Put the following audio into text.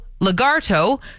legato